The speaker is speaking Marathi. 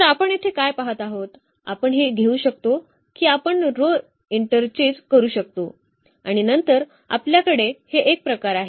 तर आपण येथे काय पहात आहोत आपण हे घेऊ शकतो की आपण row इंटरचेज करू शकतो आणि नंतर आपल्याकडे हे एक प्रकार आहे